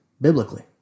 biblically